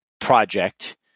project